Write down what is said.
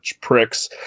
pricks